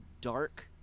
dark